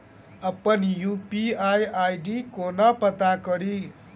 अप्पन U P I I D केना पत्ता कड़ी?